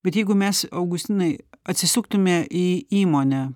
bet jeigu mes augustinai atsisuktume į įmonę